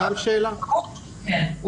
כן,